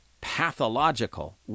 pathological